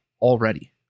already